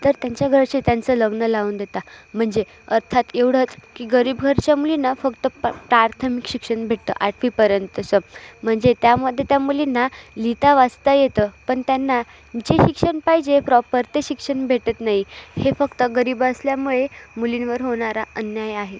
तर त्यांच्या घरचे त्यांचं लग्न लावून देता म्हणजे अर्थात एवढंच की गरीबघरच्या मुलींना फक्त प्र प्राथमिक शिक्षण भेटतं आठवीपर्यंतसं म्हणजे त्यामध्ये त्या मुलींना लिहिता वाचता येतं पण त्यांना जे शिक्षण पाहिजे प्रॉप्पर ते शिक्षण भेटत नाही हे फक्त गरीब असल्यामुळे मुलींवर होणारा अन्याय आहे